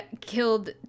killed